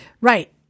Right